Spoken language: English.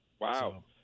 Wow